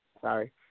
sorry